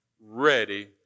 ready